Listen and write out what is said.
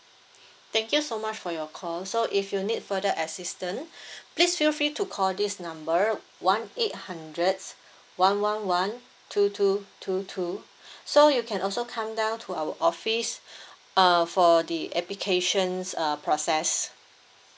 thank you so much for your call so if you need further assistance please feel free to call this number one eight hundred one one one two two two two so you can also come down to our office uh for the applications err process